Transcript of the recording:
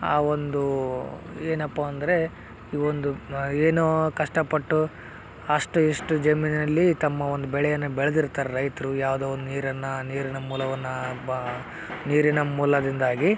ಆ ಒಂದು ಏನಪ್ಪ ಅಂದರೆ ಈ ಒಂದು ಏನೋ ಕಷ್ಟಪಟ್ಟು ಅಷ್ಟು ಇಷ್ಟು ಜಮೀನಿನಲ್ಲಿ ತಮ್ಮ ಒಂದು ಬೆಳೆಯನ್ನು ಬೆಳೆದಿರ್ತಾರೆ ರೈತರು ಯಾವುದೊ ಒಂದು ನೀರನ್ನು ನೀರಿನ ಮೂಲವನ್ನು ಬಾ ನೀರಿನ ಮೂಲದಿಂದಾಗಿ